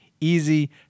easy